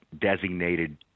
designated